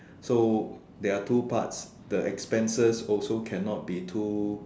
so there are two parts the expenses also cannot be too